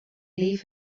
leave